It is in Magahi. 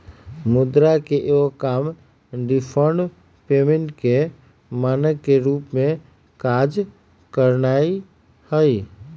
मुद्रा के एगो काम डिफर्ड पेमेंट के मानक के रूप में काज करनाइ हइ